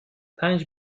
پنج